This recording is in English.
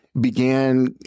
began